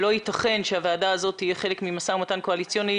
לא יתכן שהוועדה הזאת תהיה חלק ממשא ומתן קואליציוני,